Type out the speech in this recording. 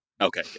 Okay